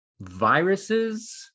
viruses